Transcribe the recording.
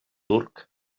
turc